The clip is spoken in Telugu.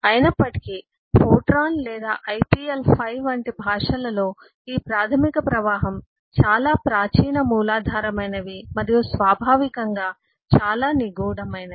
అయినప్పటికీ ఫోర్ట్రాన్ లేదా IPL V వంటి భాషలలో ఈ ప్రాథమిక ప్రవాహం చాలా ప్రాచీన మూలాధారమైనవి మరియు స్వాభావికంగా చాలా నిగూఢమైనది